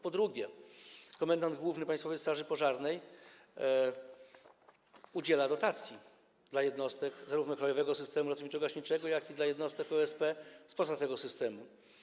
Po drugie, komendant główny Państwowej Straży Pożarnej udziela dotacji zarówno dla jednostek krajowego systemu ratowniczo-gaśniczego, jak i dla jednostek OSP spoza tego systemu.